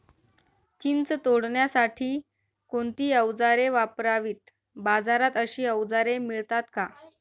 चिंच तोडण्यासाठी कोणती औजारे वापरावीत? बाजारात अशी औजारे मिळतात का?